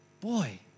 Boy